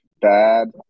bad